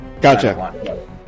Gotcha